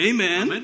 Amen